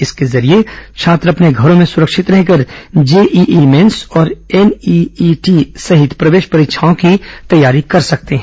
इसके जरिये छात्र अपने घरों में सुरक्षित रह कर जेईई भेन्स और एनईईटी सहित प्रवेश परीक्षाओं की तैयारी कर सकते हैं